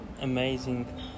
amazing